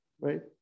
right